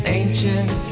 ancient